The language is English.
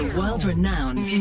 world-renowned